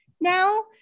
now